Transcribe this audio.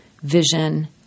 vision